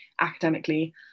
academically